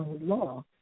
law